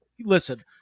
listen